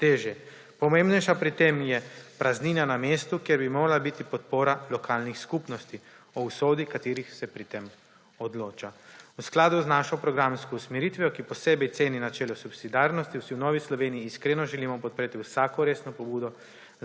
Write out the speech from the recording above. teže. Pomembnejša pri tem je praznina na mestu, kjer bi morala biti podpora lokalnih skupnosti o usodi, katerih se pri tem odloča. V skladu z našo programsko usmeritvijo, ki posebej ceni načelo subsidiarnosti, si v Novi Sloveniji iskreno želimo podpreti vsako resno pobudo